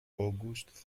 august